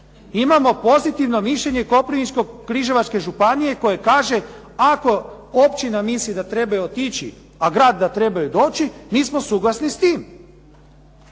Imamo pozitivno mišljenje Koprivničko-križevačke županije koji kaže ako općina misli da trebaju otići a grad da trebaju doći mi smo suglasni sa time.